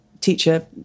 Teacher